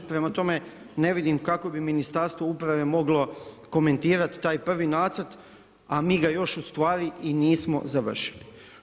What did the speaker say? Prema tome, ne vidim kako bi Ministarstvo uprave moglo komentirati taj prvi nacrt, a mi ga još u stvari i nismo završili.